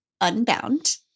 Unbound